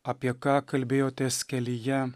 apie ką kalbėjotės kelyje